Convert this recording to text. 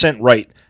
right